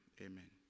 Amen